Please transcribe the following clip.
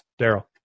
Daryl